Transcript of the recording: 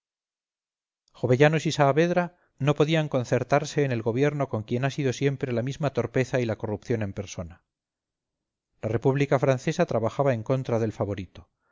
número de personas jovellanos y saavedra no podían concertarse en el gobierno con quien ha sido siempre la misma torpeza y la corrupción en persona la república francesa trabajaba en contra del favorito